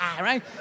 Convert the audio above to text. right